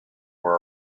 were